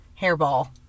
hairball